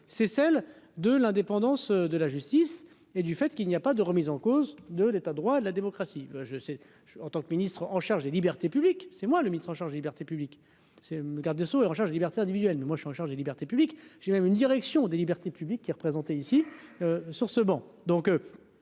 c'est celle de l'indépendance de la justice et du fait qu'il n'y a pas de remise en cause de l'État, droit de la démocratie, ben, je sais, je suis en tant que ministre en charge des libertés publiques, c'est moi le ministre en charge, libertés publiques, c'est le garde des Sceaux et en charge, libertés individuelles mais moi je suis en charge des libertés publiques, j'ai même une direction des libertés publiques, qui représentait ici sur ce banc